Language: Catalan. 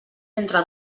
entre